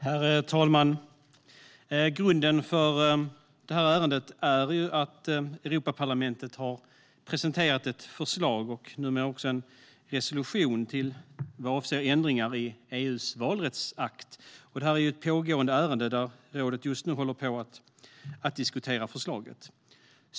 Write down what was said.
Herr talman! Grunden för det här ärendet är att Europaparlamentet har presenterat ett förslag och numera också en resolution vad avser ändringar i EU:s valrättsakt. Det är ett pågående ärende där rådet just nu håller på att diskutera förslaget.